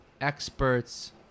experts